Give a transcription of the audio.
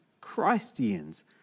Christians